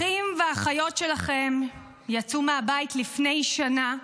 אחים ואחיות שלכם יצאו מהבית לפני שנה,